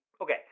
okay